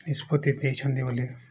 ନିଷ୍ପତ୍ତି ଦେଇଛନ୍ତି ବୋଲି